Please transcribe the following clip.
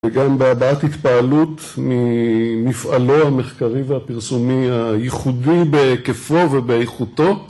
וגם בהבעת התפעלות ממפעלו המחקרי והפרסומי הייחודי בהיקפו ובאיכותו